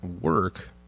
work